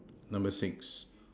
number six